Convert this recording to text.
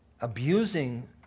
abusing